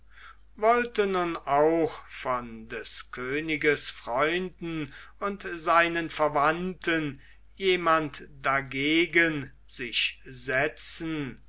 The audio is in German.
wollte nun auch von des königes freunden und seinen verwandten jemand dagegen sich setzen